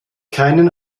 keinen